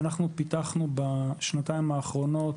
אנחנו פיתחנו בשנתיים האחרונות